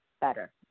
better